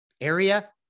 area